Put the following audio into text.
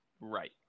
right